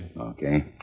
Okay